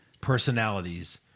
personalities